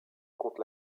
contre